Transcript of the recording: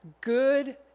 good